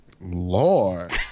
Lord